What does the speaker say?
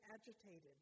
agitated